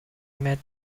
met